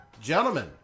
Gentlemen